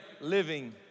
living